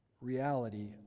Reality